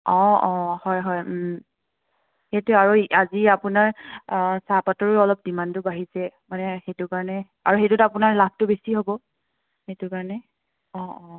অ অ হয় হয় সেইটোৱে আৰু আজি আপোনাৰ চাহপাতৰো অলপ ডিমাণ্ডটো বাঢ়িছে মানে সেইটো কাৰণে আৰু সেইটোত আপোনাৰ লাভটো বেছি হ'ব সেইটো কাৰণে অ অ